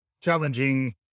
challenging